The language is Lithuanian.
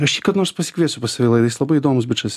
aš jį kada nors pasikviesiu pas save į laidą jis labai įdomus bičas